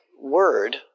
word